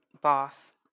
boss